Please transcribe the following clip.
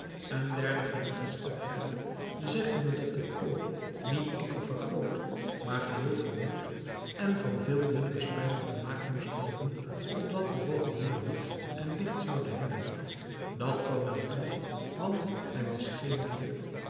een derde ging nog een stap verder zeggende dat de kooi niet enkel vergroot maar geheel vernieuwd en van veel dunnere spijlen gemaakt moest worden opdat de vogel meer lucht en licht zoude hebben dat kwam hem toe want hij was geen dier